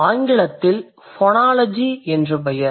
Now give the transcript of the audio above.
ஆங்கிலத்தில் ஃபொனாலஜி என்று பெயர்